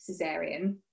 cesarean